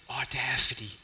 audacity